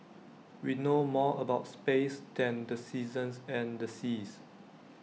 we know more about space than the seasons and the seas